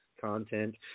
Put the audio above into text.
content